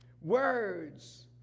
Words